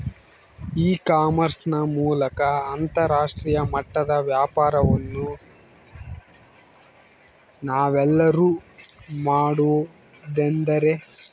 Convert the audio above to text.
E commerce ನ ಮೂಲಕ ಅಂತರಾಷ್ಟ್ರೇಯ ಮಟ್ಟದ ವ್ಯಾಪಾರವನ್ನು ನಾವೆಲ್ಲರೂ ಮಾಡುವುದೆಂದರೆ?